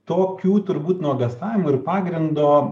tokių turbūt nuogąstavimų ir pagrindo